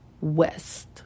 West